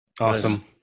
Awesome